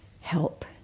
help